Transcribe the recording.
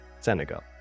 Senegal